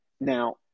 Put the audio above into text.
Now